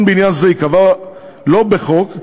בעניין זה ייקבע לא בחוק,